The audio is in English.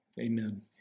Amen